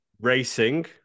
racing